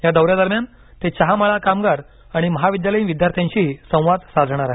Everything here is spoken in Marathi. या दौऱ्यादरम्यान ते चहामळा कामगार आणि महाविद्यालयीन विद्यार्थ्यांशीही संवाद साधणार आहेत